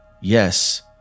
Yes